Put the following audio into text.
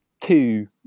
two